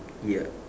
ya